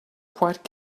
quite